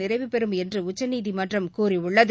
நிறைவுபெறும் என்று உச்சநிதிமன்றம் கூறியுள்ளது